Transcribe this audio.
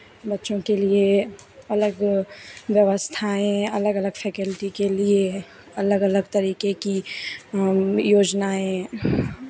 बच्चों के लिए अलग व्यवस्थाएँ अलग अलग फे़कल्टी के लिए अलग अलग तरीके की योजनाएँ